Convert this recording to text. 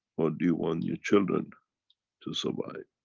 or do you want your children to survive?